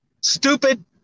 stupid